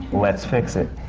let's fix it.